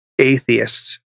atheists